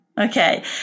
okay